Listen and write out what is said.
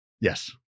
yes